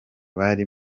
bari